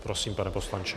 Prosím, pane poslanče.